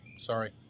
Sorry